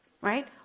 right